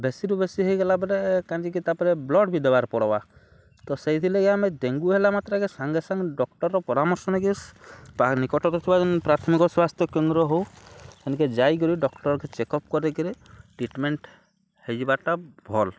ବେଶୀରୁୁ ବେଶୀ ହେଇଗଲା ପରେ କାଁ'ଯେକି ତା'ପ୍ରେ ବ୍ଲଡ଼୍ ବି ଦେବାର୍ ପଡ଼୍ବା ତ ସେଇଥିର୍ଲାଗି ଆମେ ଡେଙ୍ଗୁ ହେଲା ମାତ୍ରକେ ସାଙ୍ଗେସାଙ୍ଗେ ଡ଼କ୍ଟର୍ର ପରାମର୍ଶ ନେଇକି ନିକଟରେ ଥିବା ଯେନ୍ ପ୍ରାଥମିକ୍ ସ୍ୱାସ୍ଥ୍ୟ କେନ୍ଦ୍ର ହେଉ ହେନ୍କେ ଯାଇକରି ଡକ୍ଟର୍କେ ଚେକ୍ ଅପ୍ କରିକିରି ଟ୍ରିଟ୍ମେଣ୍ଟ୍ ହେଇଯିବାର୍'ଟା ଭଲ୍